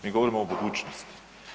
Mi govorimo o budućnosti.